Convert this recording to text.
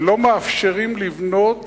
ולא מאפשרים לבנות